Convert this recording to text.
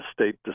state